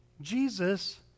Jesus